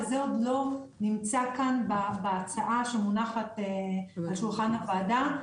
וזה עוד לא נמצא כאן בהצעה שמונחת על שולחן הוועדה.